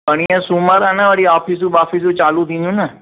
पणीअ सुमरु आहे न वरी ऑफिसूं वॉफिसू चालू थींदियूं न